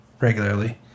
regularly